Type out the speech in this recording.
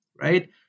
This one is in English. right